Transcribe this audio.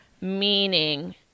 meaning